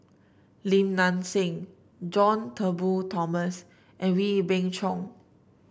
Lim Nang Seng John Turnbull Thomson and Wee Beng Chong